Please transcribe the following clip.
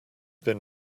been